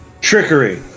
Trickery